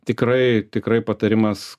tikrai tikrai patarimas